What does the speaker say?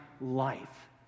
life